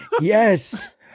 Yes